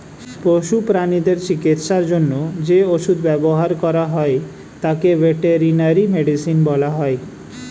পশু প্রানীদের চিকিৎসার জন্য যে ওষুধ ব্যবহার করা হয় তাকে ভেটেরিনারি মেডিসিন বলা হয়